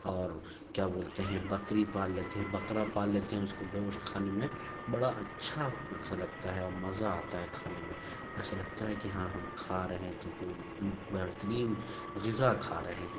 اور کیا بولتے ہیں بکری پال لیتے ہیں بکرا پال لیتے ہیں اس کو گوشت کھانے میں بڑا اچھا اچھا لگتا ہے اور مزہ آتا ہے کھانے میں ایسا لگتا ہے کہ ہاں ہم کھا رہے ہیں تو کوئی بہترین غذا کھا رہے ہیں